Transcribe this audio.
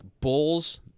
Bulls